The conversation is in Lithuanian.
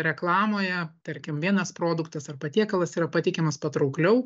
reklamoje tarkim vienas produktas ar patiekalas yra pateikiamas patraukliau